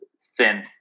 thin